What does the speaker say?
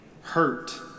hurt